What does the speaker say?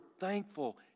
thankful